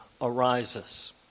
arises